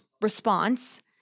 response